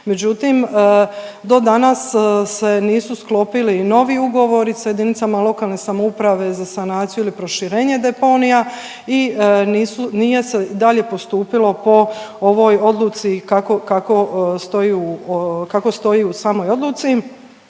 međutim, do danas se nisu sklopili novi ugovori sa jedinicama lokalne samouprave za sanaciju ili proširenje deponija i nisu, nije se dalje postupilo po ovoj odluci kako stoji u samoj odluci.